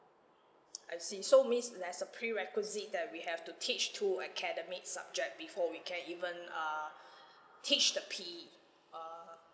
I see so means there's a prerequisite that we have to teach two academic subject before we can even uh teach the P_E err